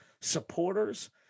supporters